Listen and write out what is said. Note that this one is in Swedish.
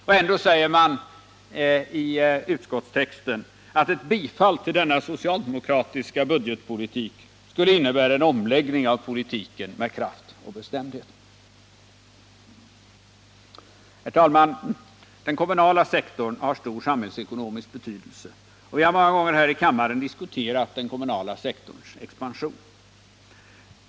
Och ändå säger man i utskottstexten att ett bifall till denna socialdemokratiska budgetpolitik skulle innebära en omläggning av politiken med kraft och bestämdhet. Herr talman! Den kommunala sektorn har stor samhällsekonomisk betydelse, och vi har många gånger här i kammaren diskuterat den kommunala sektorns expansion.